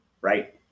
Right